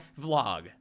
vlog